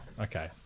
Okay